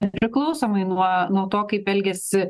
nepriklausomai nuo nuo to kaip elgiasi